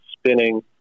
spinning